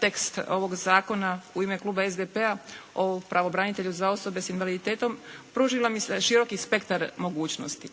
tekst ovog zakona u ime kluba SDP-a o pravobranitelju za osobe s invaliditetom, pružilo mi se široki spektar mogućnosti